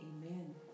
amen